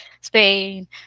Spain